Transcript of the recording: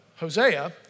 Hosea